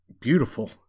beautiful